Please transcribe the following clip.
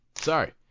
sorry